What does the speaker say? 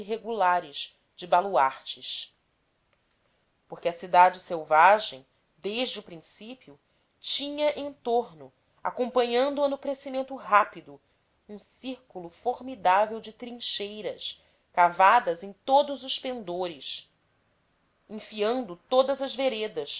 irregulares de baluartes porque a cidade selvagem desde o princípio tinha em torno acompanhando-a no crescimento rápido um círculo formidável de trincheiras cavadas em todos os pendores enfiando todas as veredas